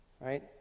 right